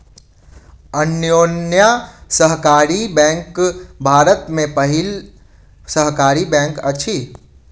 अन्योन्या सहकारी बैंक भारत के पहिल सहकारी बैंक अछि